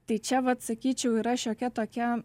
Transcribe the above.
tai čia vat sakyčiau yra šiokia tokia